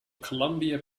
columbia